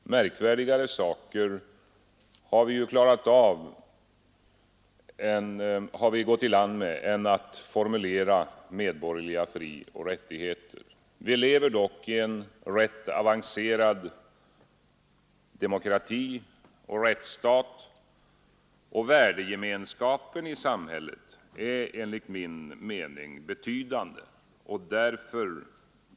Märkvärdigare saker har vi gått i land med än att formulera medborgerliga frioch rättigheter. Vi lever dock i en rätt avancerad demokrati och rättsstat, och värdegemenskapen i samhället är enligt min bedömning betydande.